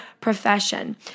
profession